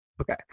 Okay